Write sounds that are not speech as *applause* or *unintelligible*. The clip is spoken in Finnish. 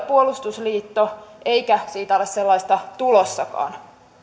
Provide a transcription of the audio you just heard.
*unintelligible* puolustusliitto eikä siitä ole sellaista tulossakaan